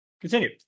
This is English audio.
Continue